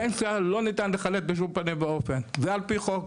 פנסיה לא ניתן לחלט בשום פנים ואופן זה על פי חוק.